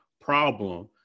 problem